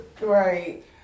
Right